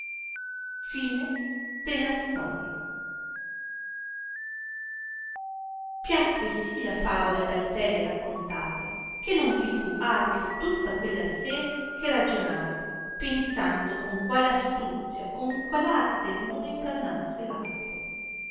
prender trastullo piacque sì la favola d'alteria raccontata che non vi fu altro tutta quella sera che ragionare pensando con qual astuzia con qual arte luno ingannassi